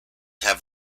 have